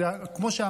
זה כמו שאמרת,